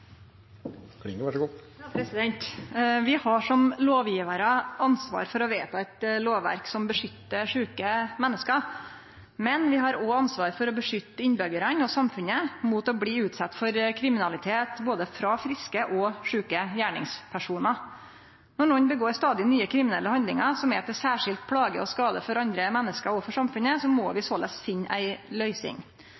Vi har som lovgjevarar ansvar for å vedta eit lovverk som vernar sjuke menneske, men vi har òg ansvar for å verne innbyggjarane og samfunnet mot å bli utsette for kriminalitet frå både friske og sjuke gjerningspersonar. Når nokon stadig gjer nye kriminelle handlingar som er til særskild plage og skade for andre menneske og for samfunnet, må vi